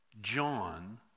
John